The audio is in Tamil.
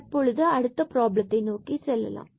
தற்பொழுது அடுத்த ப்ராப்ளத்தை நோக்கி செல்லலாம்